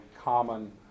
common